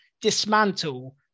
dismantle